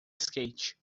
skate